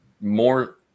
more